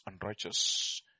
unrighteous